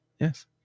Yes